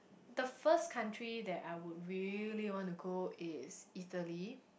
the first country that I would really wanna go is Italy